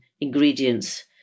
ingredients